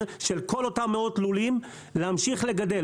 של כל אותם מאות לולים להמשיך לגדל,